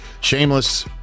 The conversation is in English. shameless